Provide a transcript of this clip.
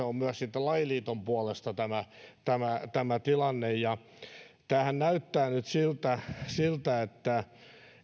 on myös lajiliiton puolesta tämä tämä tilanne tämähän näyttää nyt siltä siltä että